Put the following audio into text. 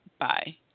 Bye